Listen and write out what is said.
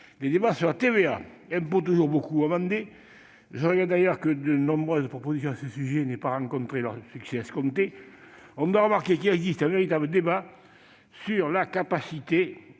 les débats sur la TVA, impôt toujours très amendé- je regrette d'ailleurs que nos nombreuses propositions à ce sujet n'aient pas rencontré le succès escompté. Remarquons qu'il existe un véritable débat sur la capacité